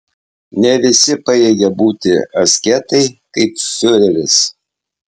ne visi pajėgia būti asketai kaip fiureris